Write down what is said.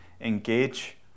engage